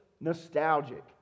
nostalgic